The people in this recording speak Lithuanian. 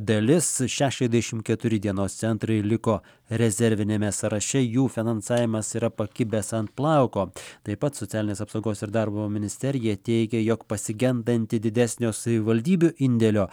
dalis šešiasdešimt keturi dienos centrai liko rezerviniame sąraše jų finansavimas yra pakibęs ant plauko taip pat socialinės apsaugos ir darbo ministerija teigia jog pasigendanti didesnio savivaldybių indėlio